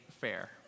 Fair